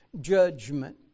judgment